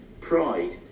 Pride